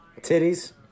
Titties